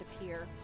appear